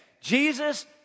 Jesus